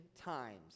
times